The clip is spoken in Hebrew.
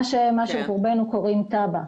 מה שרובנו קוראים תב"א,